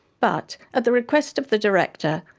but, at the request of the director,